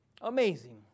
amazing